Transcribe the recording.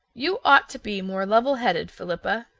you ought to be more levelheaded, philippa.